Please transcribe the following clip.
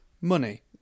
money